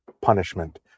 punishment